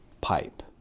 pipe